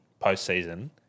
postseason